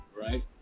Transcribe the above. right